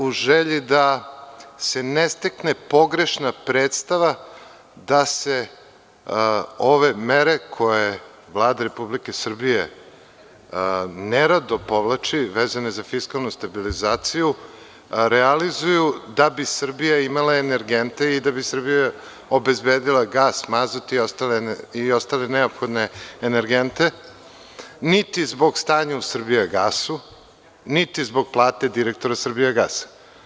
U želji da se ne stekne pogrešna predstava, da se ove mere koje Vlada Republike Srbije nerado povlači, vezano za fiskalnu stabilizaciju, realizuju da bi Srbija imala energente i da bi Srbija obezbedila gas, mazut i ostale neophodne energente, niti zbog stanja u „Srbijagasu“, niti zbog plate direktora „Srbijagasa“